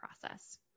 process